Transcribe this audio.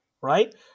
right